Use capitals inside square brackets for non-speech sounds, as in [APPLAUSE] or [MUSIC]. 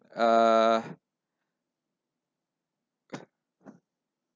uh [NOISE]